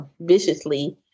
viciously